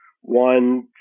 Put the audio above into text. one